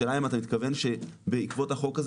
השאלה אם אתה מתכוון שבעקבות החוק הזה